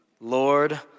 Lord